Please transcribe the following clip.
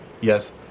Yes